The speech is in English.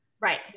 Right